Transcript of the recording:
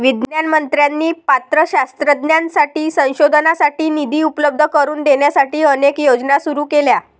विज्ञान मंत्र्यांनी पात्र शास्त्रज्ञांसाठी संशोधनासाठी निधी उपलब्ध करून देण्यासाठी अनेक योजना सुरू केल्या